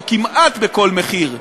או כמעט בכל מחיר,